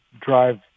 drive